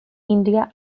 india